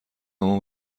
اما